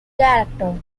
director